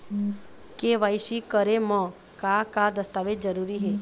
KYC करे म का का दस्तावेज जरूरी हे?